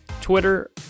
Twitter